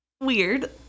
weird